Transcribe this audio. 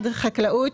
חקלאות,